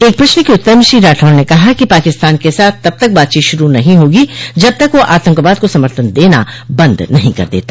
एक प्रश्न के उत्तर में श्री राठौड़ ने कहा कि पाकिस्तान के साथ तब तक बातचीत श्रू नहीं होगी जब तक वह आतंकवाद को समर्थन देना बंद नहीं कर देता